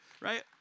right